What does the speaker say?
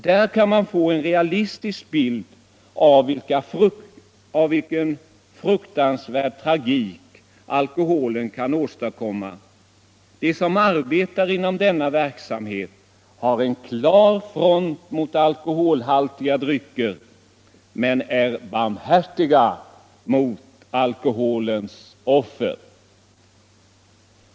Där kan man få en realistisk bild av vilken fruktansvärd tragik alkoholen kan åstadkomma. De som arbetar inom denna verksamhet har en klar front mot alkoholhaltiga drycker men är barmhärtiga mot alkoholens offer.